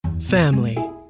Family